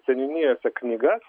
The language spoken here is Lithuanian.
seniūnijose knygas